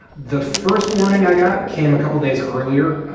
the first warning i got came a couple days earlier.